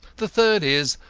the third is,